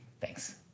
Thanks